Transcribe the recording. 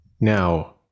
now